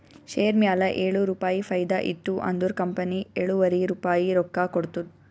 share ಮ್ಯಾಲ ಏಳು ರುಪಾಯಿ ಫೈದಾ ಇತ್ತು ಅಂದುರ್ ಕಂಪನಿ ಎಳುವರಿ ರುಪಾಯಿ ರೊಕ್ಕಾ ಕೊಡ್ತುದ್